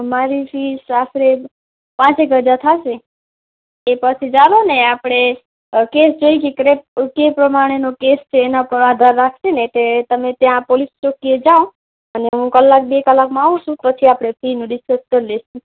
મારી ફી આશરે પાંચ એક હજાર થશે એ પછી ચાલોને આપણે કેસ જોઇએ છીએ ક્રેક કે પ્રમાણેનો કેસ છે એનાં પર આધાર રાખશે ને તે તમે ત્યાં પોલીસ ચોકીએ જાવ અને હું કલાક બે કલાકમાં આવું છું પછી આપણે ફીનું ડિસ્કસ કરી લઇશું